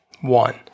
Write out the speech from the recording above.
one